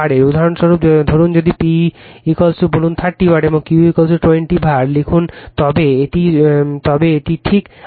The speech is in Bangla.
উদাহরণস্বরূপ ধরুন যদি P বলুন 30 ওয়াট এবং Q 20 var লিখুন তবে এটি ঠিক আছে